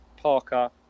Parker